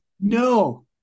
No